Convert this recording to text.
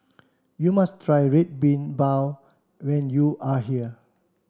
you must try Red Bean Bao when you are here